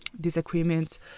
disagreements